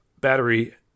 battery